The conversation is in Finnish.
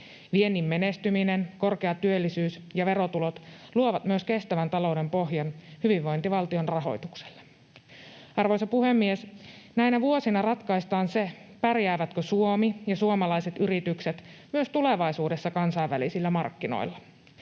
Viennin menestyminen, korkea työllisyys ja verotulot luovat myös kestävän talouden pohjan hyvinvointivaltion rahoitukselle. Arvoisa puhemies! Näinä vuosina ratkaistaan se, pärjäävätkö Suomi ja suomalaiset yritykset myös tulevaisuudessa kansainvälisillä markkinoilla.